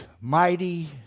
Mighty